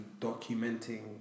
documenting